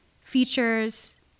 features